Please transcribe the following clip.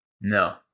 No